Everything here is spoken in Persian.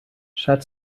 شاید